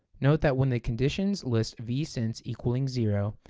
note that when the conditions list vsense equaling zero,